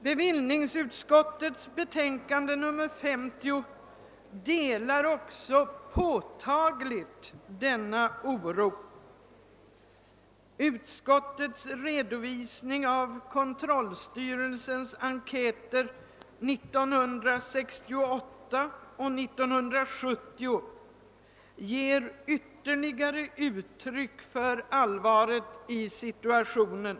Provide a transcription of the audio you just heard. Bevillningsutskottets betänkande nr 50 visar, att också bevillningsutskottet är påtagligt oroat. Utskottets redovisning av kontrollstyrelsens enkäter 1968 och 1970 ger ytterligare uttryck för allvaret i situationen.